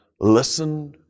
listen